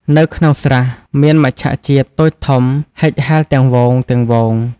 នៅក្នុងស្រះ មានមច្ឆជាតិតូចធំហិចហែលទាំងហ្វូងៗ។